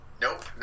Nope